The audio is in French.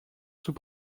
sous